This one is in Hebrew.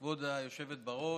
כבוד היושבת בראש.